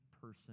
person